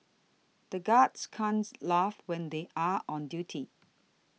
the guards can't laugh when they are on duty